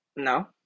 no